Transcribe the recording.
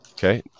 Okay